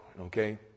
okay